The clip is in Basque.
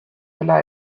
dela